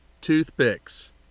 toothpicks